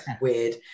weird